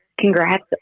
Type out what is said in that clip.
Congrats